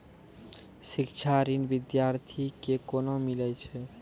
शिक्षा ऋण बिद्यार्थी के कोना मिलै छै?